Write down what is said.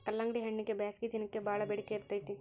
ಕಲ್ಲಂಗಡಿಹಣ್ಣಗೆ ಬ್ಯಾಸಗಿ ದಿನಕ್ಕೆ ಬಾಳ ಬೆಡಿಕೆ ಇರ್ತೈತಿ